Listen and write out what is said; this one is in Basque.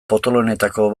potoloenetako